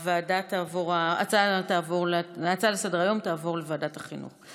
ההצעה לסדר-היום תעבור לוועדת החינוך.